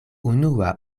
unua